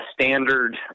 standard